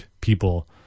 people